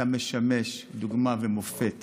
אתה משמש דוגמה ומופת